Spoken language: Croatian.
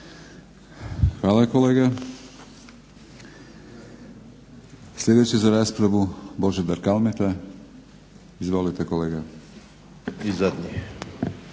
Hvala kolega. Sljedeći za raspravu Božidar Kalmeta, izvolite kolega.